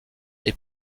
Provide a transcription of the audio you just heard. est